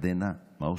ירדנה, מה עושים?